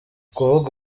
kuvuga